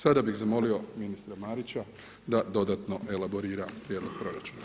Sada bih zamolio ministra Marića da dodatno elaborira prijedlog proračuna.